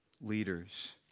leaders